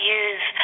use